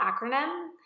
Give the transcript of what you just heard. acronym